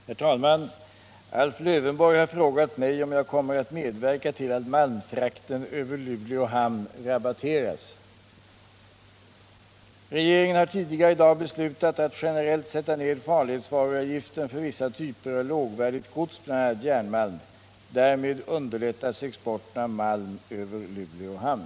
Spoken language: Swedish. Herr talman! Alf Lövenborg har frågat mig om jag kommer att medverka till att malmfrakten över Luleå hamn rabatteras. Regeringen har tidigare i dag beslutat att generellt sätta ned farledsvaruavgiften för vissa typer av lågvärdigt gods, bl.a. järnmalm. Därmed underlättas exporten av malm över Luleå hamn.